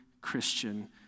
Christian